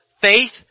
faith